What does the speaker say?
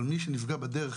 אבל מי שנפגע בדרך,